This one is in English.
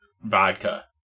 vodka